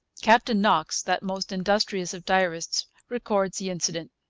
captain knox, that most industrious of diarists, records the incident.